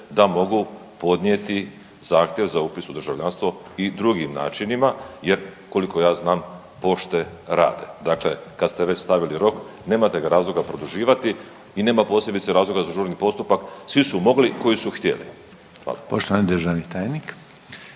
da mogu podnijeti zahtjev za upis u državljanstvo i drugim načinima jer koliko ja znam pošte rade, dakle kad ste već stavili rok nemate ga razloga produživati i nema posebice razloga za žurni postupak, svi su mogli koji su htjeli. Hvala.